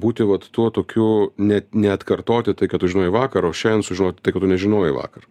būti vat tuo tokiu ne neatkartoti tai ką tu žinojai vakar o šian sužinoti tai ko tu nežinojai vakar